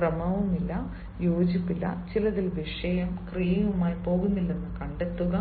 ക്രമവുമില്ല യോജിപ്പില്ല ചിലതിൽ വിഷയം ക്രിയയുമായി പോകുന്നില്ലെന്ന് കണ്ടെത്തുക